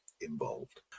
involved